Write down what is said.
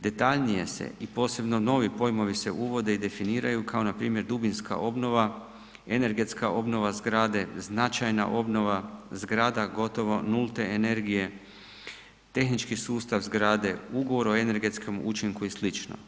Detaljnije se i posebno novi pojmovi se uvode i definiraju kao npr. dubinska obnova, energetska obnova zgrade, značajna obnova zgrada, gotovo nulte energije, tehnički sustav zgrade, ugovor o energetskom učinku i slično.